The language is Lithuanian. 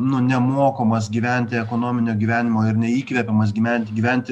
nu nemokomas gyventi ekonominio gyvenimo ir neįkvėpiamas gymenti gyventi